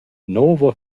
nouva